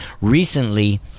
recently